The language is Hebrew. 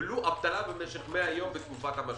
שקיבלו אבטלה משך 100 יום בתקופת המשבר.